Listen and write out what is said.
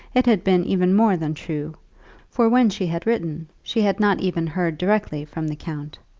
it had been even more than true for when she had written she had not even heard directly from the count.